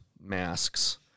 masks